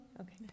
Okay